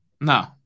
No